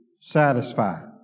satisfied